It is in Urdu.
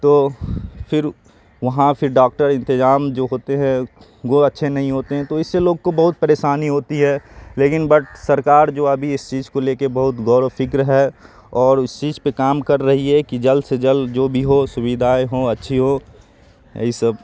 تو پھر وہاں پھر ڈاکٹر انتظام جو ہوتے ہیں وہ اچھے نہیں ہوتے ہیں تو اس سے لوگ کو بہت پریشانی ہوتی ہے لیکن بٹ سرکار جو ابھی اس چیز کو لے کے بہت غور و فکر ہے اور اس چیز پہ کام کر رہی ہے کہ جلد سے جلد جو بھی ہو سویدھائیں ہوں اچھی ہو یہی سب